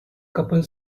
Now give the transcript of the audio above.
couple